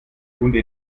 hunde